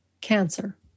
Cancer